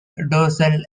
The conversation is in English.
dorsal